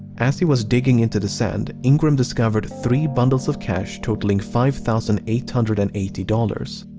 as he was digging into the sand, ingram discovered three bundles of cash totaling five thousand eight hundred and eighty dollars.